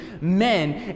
men